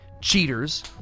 Cheaters